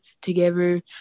together